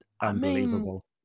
unbelievable